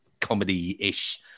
comedy-ish